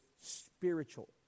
spiritual